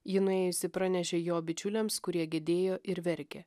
ji nuėjusi pranešė jo bičiuliams kurie girdėjo ir verkė